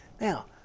Now